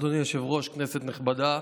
אדוני היושב-ראש, כנסת נכבדה.